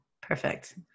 Perfect